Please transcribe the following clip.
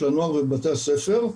הנוער ובתי הספר.